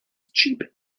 cheap